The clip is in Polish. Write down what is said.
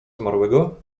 zmarłego